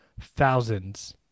thousands